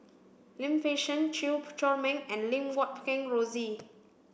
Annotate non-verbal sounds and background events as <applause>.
Lim Fei Shen Chew <noise> Chor Meng and Lim Guat Kheng Rosie